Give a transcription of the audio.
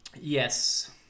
Yes